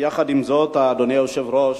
יחד עם זאת, אדוני היושב-ראש,